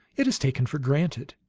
it is taken for granted.